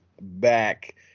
back